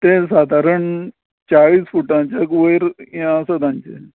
तें सादारण चाळीस फुटांचे वयर यें आसा तांचे